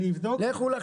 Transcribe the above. אני אבדוק.